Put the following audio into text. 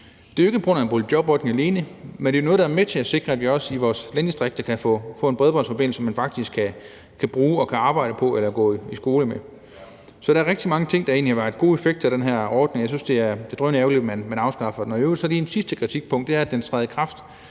Det er ikke på grund af en boligjobordning alene, men det er noget, der er med til at sikre, at vi også i vores landdistrikter kan få en bredbåndsforbindelse, man faktisk kan bruge til både at gå på arbejde og go i skole med. Så der er rigtig mange ting, der egentlig har været gode effekter af den her ordning, og jeg synes, det er drønærgerligt, at man afskaffer den. I øvrigt har jeg lige et sidste kritikpunkt, og det er, at det træder i kraft